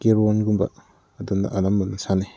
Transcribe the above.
ꯀꯦꯔꯣꯟꯒꯨꯝꯕ ꯑꯗꯨꯅ ꯑꯅꯝꯕꯅ ꯁꯥꯟꯅꯩ